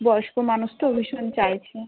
বয়স্ক মানুষ তো ভীষণ চাইছে